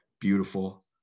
beautiful